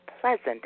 pleasant